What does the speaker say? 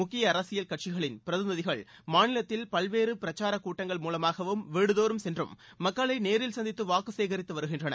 முக்கிய அரசியல் கட்சிகளின் பிரதிநிதிகள் மாநிலத்தில் பல்வேறு பிரச்சார கூட்டங்கள் மூலமாகவும் வீடுதோறும் சென்றும் மக்களை நேரில் சந்தித்து வாக்கு சேகரித்து வருகின்றனர்